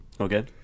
Okay